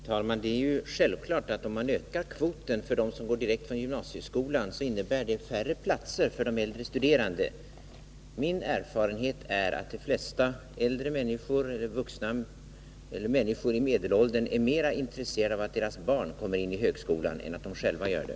Herr talman! Det är självklart att det innebär färre platser för de äldre studerande om man ökar kvoten för dem som går till högskolan direkt från gymnasieskolan. Min erfarenhet är att de flesta människor i medelåldern är mer intresserade av att deras barn kommer in på högskolan än att de själva gör det.